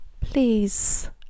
please